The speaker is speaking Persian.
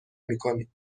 میکنید